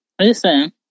Listen